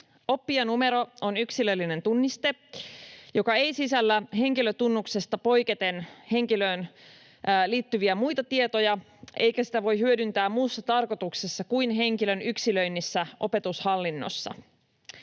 Oppijanumero on yksilöllinen tunniste, joka ei sisällä henkilötunnuksesta poiketen henkilöön liittyviä muita tietoja eikä sitä voi hyödyntää muussa tarkoituksessa kuin henkilön yksilöinnissä opetushallinnossa.